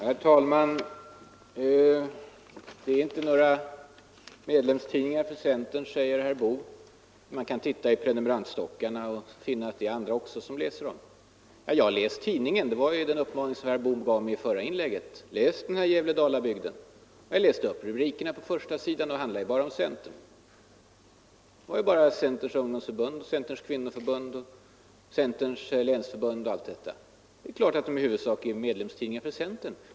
Herr talman! Det är inte fråga om några medlemstidningar för centern, säger herr Boo, och om man studerar prenumerantstockarna skall man finna att också andra än centermedlemmar läser dessa tidningar. Ja, jag har läst tidningen Gävle-Dalabygden — det var ju den uppmaning som herr Boo gav mig i sitt förra inlägg. Jag räknade upp rubrikerna på dess förstasida. De handlade ju bara om centern: Om centerns ungdomsförbund, om centerns kvinnoförbund, om centerns länsförbund osv. Det är klart att de här tidningarna i huvudsak är medlemstidningar för centern.